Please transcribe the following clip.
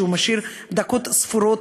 שמשאיר דקות ספורות,